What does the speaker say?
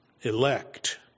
elect